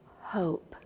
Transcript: hope